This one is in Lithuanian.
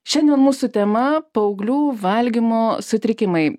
šiandien mūsų tema paauglių valgymo sutrikimai